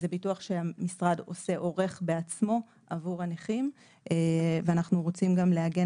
זה ביטוח שהמשרד עורך בעצמו עבור הנכים ואנחנו רוצים גם לעגן